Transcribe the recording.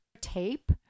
tape